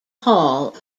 hall